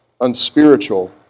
unspiritual